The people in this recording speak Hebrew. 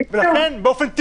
ולכן, באופן טבעי,